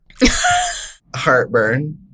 heartburn